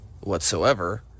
whatsoever